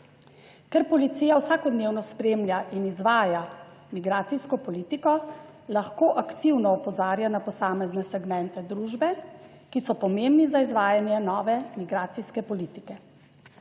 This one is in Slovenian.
Ker policija vsakodnevno spremlja in izvaja migracijsko politiko, lahko aktivno opozarja na posamezne segmente družbe, ki so pomembni za izvajanje nove migracijske politike.